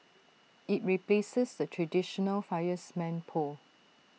IT replaces the traditional fireman's pole